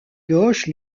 gauche